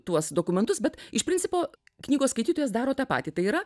tuos dokumentus bet iš principo knygos skaitytojas daro tą patį tai yra